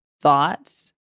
thoughts